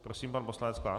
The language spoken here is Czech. Prosím pan poslanec Klán.